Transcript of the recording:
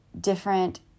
different